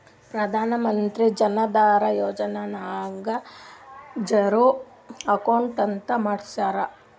ಪ್ರಧಾನ್ ಮಂತ್ರಿ ಜನ ಧನ ಯೋಜನೆ ನಾಗ್ zero account ಅಂತ ಮಾಡ್ತಾರ